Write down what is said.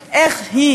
זנדברג.